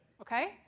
okay